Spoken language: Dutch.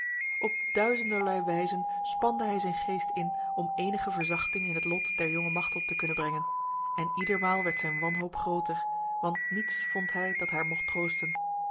op duizenderlei wijzen spande hij zijn geest in om enige verzachting in het lot der jonge machteld te kunnen brengen en iedermaal werd zijn wanhoop groter want niets vond hij dat haar mocht troosten